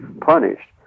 punished